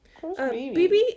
BB